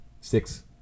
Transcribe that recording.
six